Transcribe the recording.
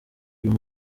uwo